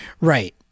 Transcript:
Right